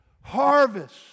harvest